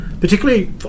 particularly